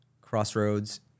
Crossroads